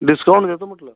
discount देतो म्हटलं